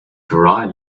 dry